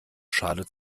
schale